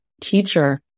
teacher